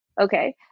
Okay